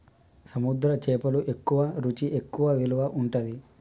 సముద్ర చేపలు ఎక్కువ రుచి ఎక్కువ విలువ ఉంటది